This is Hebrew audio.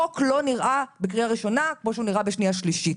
חוק לא נראה בקריאה ראשונה כמו שהוא נראה בשנייה ושלישית.